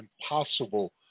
impossible